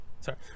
Sorry